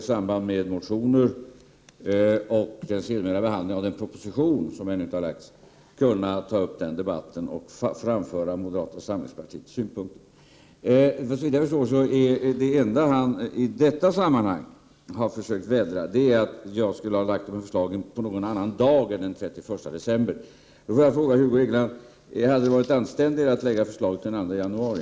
I samband med motioner och den senare behandlingen av den proposition som ännu inte har lagts fram har Hugo Hegeland rikliga möjligheter att ta upp den debatten och framföra moderata samlingspartiets synpunkter. Såvitt jag förstår är det enda han denna gång har försökt vädra detta att jag borde ha lagt fram det här förslaget på någon annan dag än den 31 december. Jag får då fråga Hugo Hegeland om det hade varit anständigare att lägga fram förslaget den 2 januari.